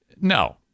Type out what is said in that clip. No